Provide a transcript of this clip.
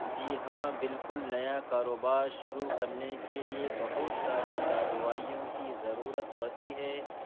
جی ہاں بالکل نیا کاروبار شروع کرنے کے لیے بہت ساری کاروائیوں کی ضرورت پڑتی ہے